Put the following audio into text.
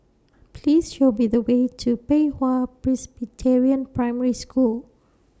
Please Show Me The Way to Pei Hwa Presbyterian Primary School